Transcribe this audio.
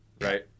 right